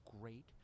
great